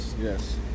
Yes